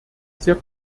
sehr